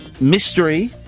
mystery